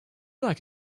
like